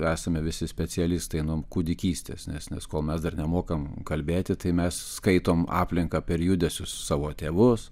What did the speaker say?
esame visi specialistai nuo kūdikystės nes nes kol mes dar nemokam kalbėti tai mes skaitom aplinką per judesius savo tėvus